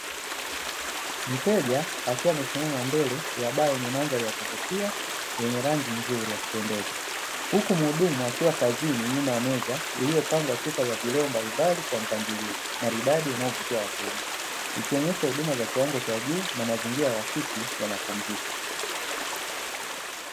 Mteja akiwa amesimama mbele ya baa yenye mandhari ya kuvutia yenye rangi nzuri ya kupendeza, huku mhudumu akiwa kazini nyuma ya meza iliyopangwa chupa za vileo mbalimbali kwa mpangilio maridadi unaovutia wateja, ikionyesha huduma za kiwango cha juu na mazingira rafiki ya mapumziko.